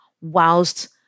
whilst